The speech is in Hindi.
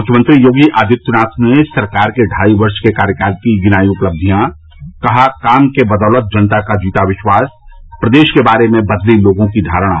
मुख्यमंत्री योगी आदित्यनाथ ने सरकार के ढ़ाई वर्ष के कार्यकाल की गिनाई उपलब्धियॉ कहा काम के बदौलत जनता का जीता विश्वास प्रदेश के बारे में बदली लोगों की धारणा